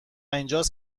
اینجاست